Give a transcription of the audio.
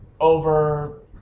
over